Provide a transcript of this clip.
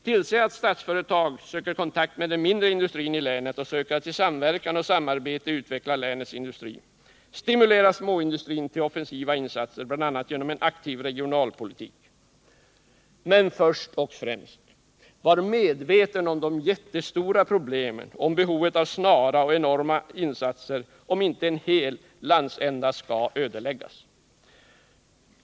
Tillse att Statsföretag söker kontakt med den mindre industrin i länet och | söker att i samverkan och samarbete utveckla länets industri. Stimulera småindustrin till offensiva insatser, bl.a. genom en aktiv regionalpolitik. Men först och främst: Var medveten om de jättestora problemen och om behovet av snara och enorma insatser om inte en hel landsända skall ödeläggas.